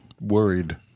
worried